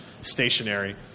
stationary